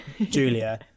Julia